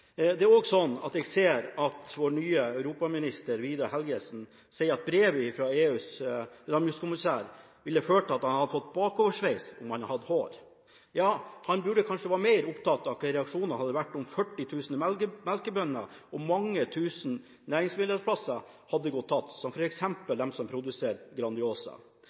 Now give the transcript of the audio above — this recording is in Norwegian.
Jeg ser at vår nye europaminister, Vidar Helgesen, sier at brevet fra EUs landbrukskommissær ville ført til at han hadde fått bakoversveis om han hadde hatt hår. Han burde kanskje vært mer opptatt av hva reaksjonene hadde vært om 40 000 melkebønder og mange tusen næringsmiddelarbeidsplasser hadde gått tapt, som f.eks. de som produserer Grandiosa.